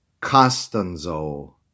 Costanzo